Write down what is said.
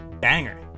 banger